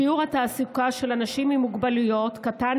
שיעור התעסוקה של אנשים עם מוגבלויות קטן